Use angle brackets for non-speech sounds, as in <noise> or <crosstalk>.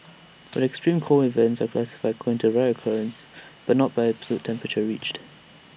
but extreme cold events are classified according to right occurrence but not by <unintelligible> absolute temperature reached